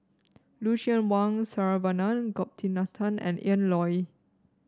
Lucien Wang Saravanan Gopinathan and Ian Loy